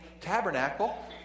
tabernacle